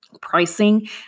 pricing